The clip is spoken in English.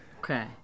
okay